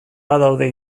badaude